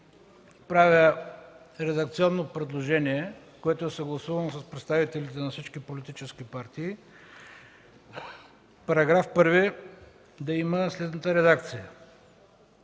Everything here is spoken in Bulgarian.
правя редакционно предложение, което е съгласувано с представителите на всички политически партии, § 1 да има следната редакция: